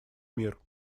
мир